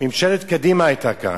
ממשלת קדימה היתה כאן,